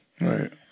Right